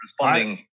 responding